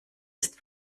ist